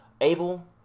Abel